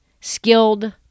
skilled